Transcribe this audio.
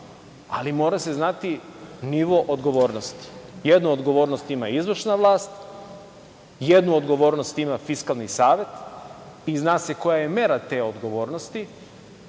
ali mora se znati nivo odgovornosti. Jednu odgovornost ima izvršna vlast, jednu odgovornost ima Fiskalni savet i zna se koja je mera te odgovornosti